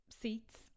seats